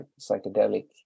psychedelic